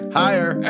higher